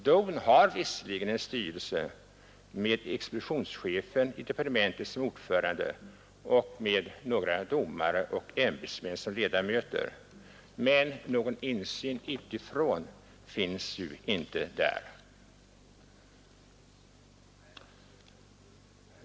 DON har visserligen en styrelse med expeditionschefen i departementet som ordförande och med några domare och ämbetsmän som ledamöter, men någon insyn utifrån finns inte där.